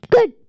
Good